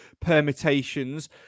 permutations